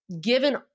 given